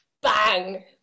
bang